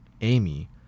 Amy